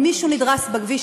אם מישהו נדרס בכביש,